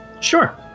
Sure